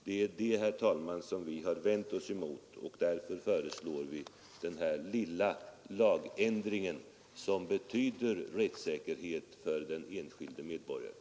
Det är detta, herr talman, som vi har vänt oss emot med förslaget om denna lilla lagändring, som betyder rättssäkerhet för den enskilde medborgaren.